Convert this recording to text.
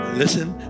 listen